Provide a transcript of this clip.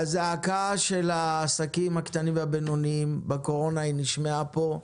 הזעקה של העסקים הקטנים והבינוניים בקורונה נשמעה פה.